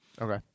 Okay